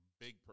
big